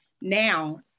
now